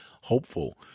hopeful